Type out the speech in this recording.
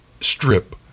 strip